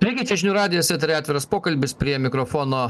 sveiki čia žinių radijas etery atviras pokalbis prie mikrofono